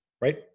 Right